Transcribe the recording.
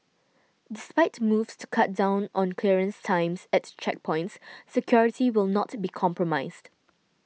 despite moves to cut down on clearance times at checkpoints security will not be compromised